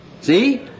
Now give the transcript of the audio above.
See